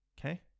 okay